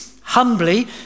humbly